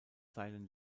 seinen